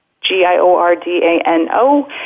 G-I-O-R-D-A-N-O